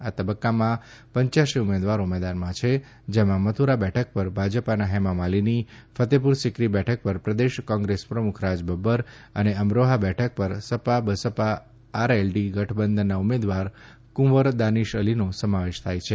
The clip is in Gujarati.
આ તબક્કામાં પંચ્યાસી ઉમેદવારો મેદાનમાં છે જેમાં મથુરા બેઠક પર ભાજપાના જેમા માલિની ફતેપુર સિકી બેઠક પર પ્રદેશ કોંગ્રેસ પ્રમુખ રાજ બબ્બર અને અમરોફા બેઠક પર સપા બસપા આરએલડી ગઠબંધનના ઉમેદવાર કુંવર દાનિશ અલીનો સમાવેશ થાય છે